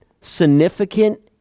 significant